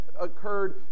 occurred